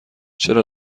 چرا